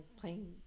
playing